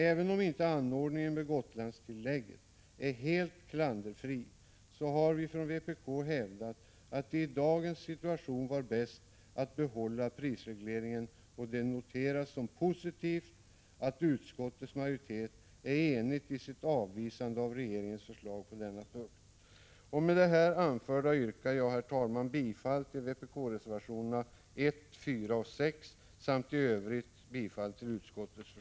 Även om inte anordningen med Gotlandstillägget är helt klanderfri har vpk hävdat att det i dagens situation är bäst att behålla prisregleringen. Det noteras som positivt att utskottets majoritet är enig i sitt avvisande av regeringens förslag på denna punkt. Prot. 1985/86:159 Med det anförda yrkar jag, herr talman, bifall till vpk-reservationerna 1,4 2 juni 1986